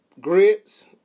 grits